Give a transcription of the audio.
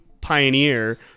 pioneer